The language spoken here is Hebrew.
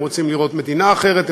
הם רוצים לראות מדינה אחרת,